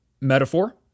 metaphor